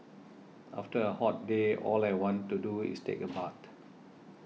after a hot day all I want to do is take a bath